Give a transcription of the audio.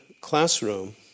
classroom